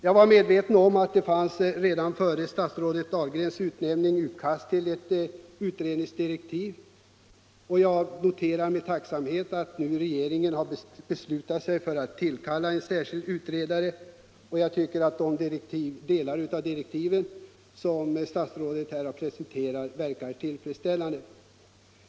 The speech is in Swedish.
Jag är medveten om att det redan före statsrådet Dahlgrens utnämning fanns ett utkast till utredningsdirektiv på departementets bord. Jag noterar med tacksamhet att regeringen nu beslutat sig för ati tillkalla en särskild utredare. Jag tycker att de delar av direktiven som statsrådet här presenterade verkar tillfredsställande.